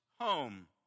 home